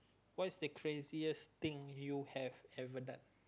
what's the craziest thing you have ever done